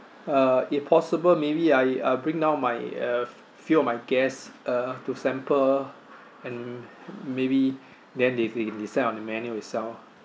uh it possible maybe I I'll bring now my uh f~ few of my guests uh to sample and maybe then they they can decide on the menu itself